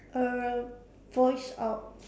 err voice out